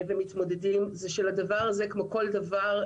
ומתמודדים זה שכמו כל דבר,